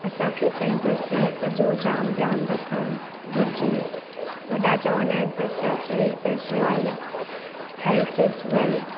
असां खे पंहिंजे सेहत जो जाम ध्यानु रखणु घुर्जे वॾा चवंदा आहिनि त सेहत ई पैसो आहे हेल्थ इज़ वेल्थ